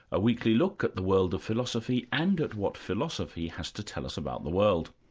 a weekly look at the world of philosophy and at what philosophy has to tell us about the world.